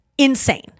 Insane